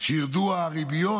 שירדו הריביות,